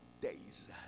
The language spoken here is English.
days